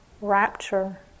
rapture